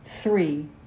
three